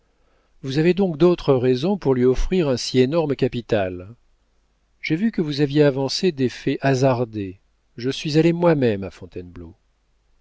vous avez donc d'autres raisons pour lui offrir un si énorme capital j'ai vu que vous aviez avancé des faits hasardés je suis allé moi-même à fontainebleau